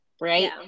right